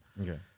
Okay